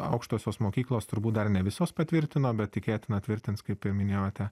aukštosios mokyklos turbūt dar ne visos patvirtino bet tikėtina tvirtins kaip ir minėjote